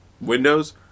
Windows